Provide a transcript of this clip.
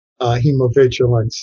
Hemovigilance